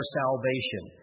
salvation